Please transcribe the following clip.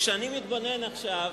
כשאני מתבונן עכשיו,